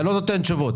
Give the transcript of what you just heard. אתה לא נותן תשובות.